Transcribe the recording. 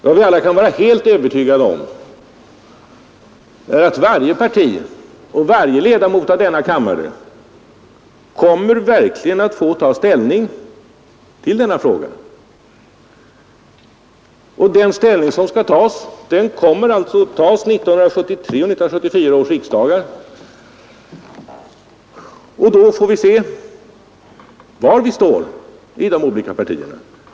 Vad vi alla kan vara helt övertygade om är att varje parti och varje ledamot av denna kammare verkligen kommer att få ta ställning till denna fråga, nämligen vid 1973 och 1974 års riksdagar. Då får vi se var de olika partierna står.